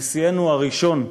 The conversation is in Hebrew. נשיאנו הראשון,